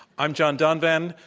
i'm john donvan.